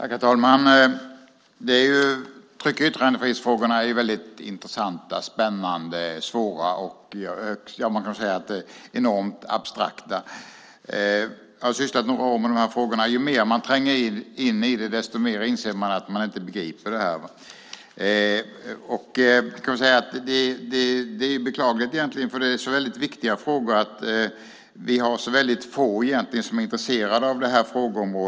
Herr talman! Tryck och yttrandefrihetsfrågorna är väldigt intressanta, spännande, svåra och enormt abstrakta. Jag har sysslat med de här frågorna i några år. Ju mer man tränger in i dem, desto mer inser man att man inte begriper det här. Det är egentligen beklagligt att vi har så väldigt få som är intresserade av det här frågeområdet eftersom det är mycket viktiga frågor.